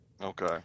Okay